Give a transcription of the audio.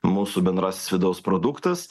mūsų bendrasis vidaus produktas